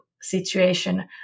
situation